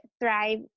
thrive